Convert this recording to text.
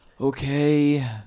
Okay